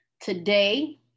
Today